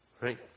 Right